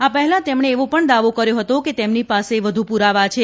આ પહેલા તેમણે એવો પણ દાવો કર્યો હતો કે તેમની પાસે વધુ પુરાવા છે